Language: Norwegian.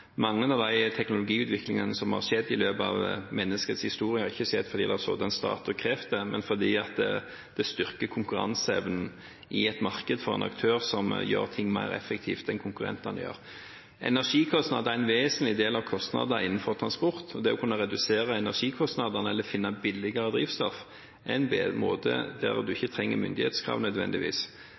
av den teknologiutviklingen som har skjedd i løpet av menneskets historie, har ikke skjedd fordi det har sittet en stat og krevd det, men fordi det styrker konkurranseevnen i et marked for en aktør som gjør ting mer effektivt enn konkurrentene. Energikostnader er en vesentlig del av kostnadene innenfor transport, og det å kunne redusere energikostnadene eller finne billigere drivstoff er en bedre måte, der en ikke nødvendigvis trenger myndighetskrav,